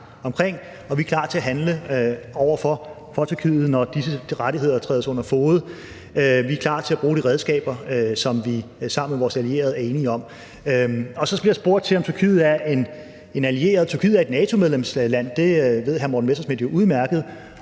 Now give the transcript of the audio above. om, og vi er klar til at handle over for Tyrkiet, når disse rettigheder trædes under fode. Vi er klar til at bruge de redskaber, som vi sammen med vores allierede er enige om. Så bliver der spurgt til, om Tyrkiet er en allieret. Tyrkiet er et NATO-medlemsland – det ved hr. Morten Messerschmidt jo udmærket